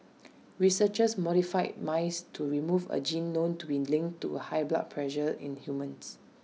researchers modified mice to remove A gene known to be linked to A high blood pressure in humans